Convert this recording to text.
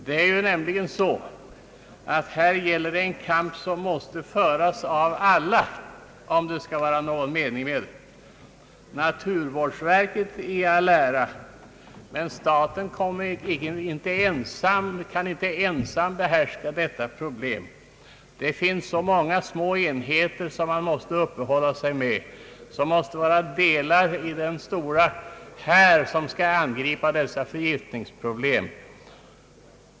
Här gäller det nämligen en kamp som måste föras av alla om det skall vara någon mening med den. Naturvårdsverket i all ära, men staten kan inte ensam bemästra detta problem. Det finns så många små enheter som man måste uppehålla sig med; som måste vara delar av den stora här som skall angripa dessa förgiftningsproblem.